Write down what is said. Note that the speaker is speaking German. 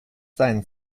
seinen